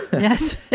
yes.